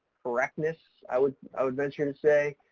correctness i would, i would venture to say,